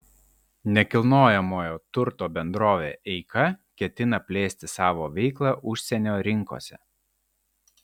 nekilnojamojo turto bendrovė eika ketina plėsti savo veiklą užsienio rinkose